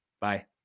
Bye